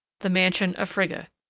the man sion of frigga.